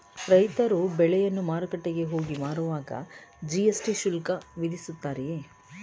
ರೈತರು ಬೆಳೆಯನ್ನು ಮಾರುಕಟ್ಟೆಗೆ ಹೋಗಿ ಮಾರುವಾಗ ಜಿ.ಎಸ್.ಟಿ ಶುಲ್ಕ ವಿಧಿಸುತ್ತಾರೆಯೇ?